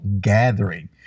gathering